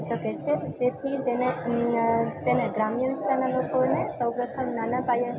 શકે છે તેથી તેને તેને ગ્રામ્ય વિસ્તારના લોકોને સૌ પ્રથમ નાના પાયે